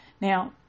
Now